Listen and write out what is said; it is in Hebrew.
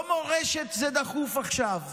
לא מורשת דחופה עכשיו